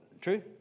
True